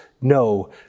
no